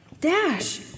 Dash